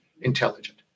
intelligent